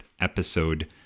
episode